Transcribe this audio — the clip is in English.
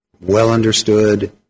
well-understood